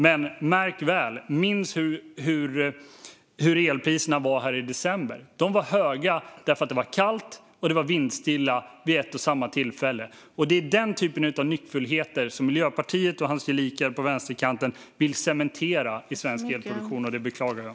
Men märk väl: Minns hur elpriserna var i december. De var höga därför att det var kallt och vindstilla vid ett och samma tillfälle. Det är den typen av nyckfullheter som Miljöpartiet och dess gelikar på vänsterkanten vill cementera i svensk elproduktion, och det beklagar jag.